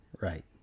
Right